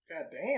Goddamn